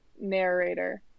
narrator